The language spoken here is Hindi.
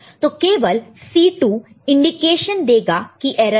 तो केवल C2 इंडिकेशन देगा कि एरर है